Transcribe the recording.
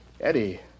Eddie